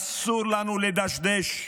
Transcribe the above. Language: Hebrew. אסור לנו לדשדש.